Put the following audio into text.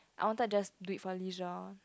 I wanted just do it for leisure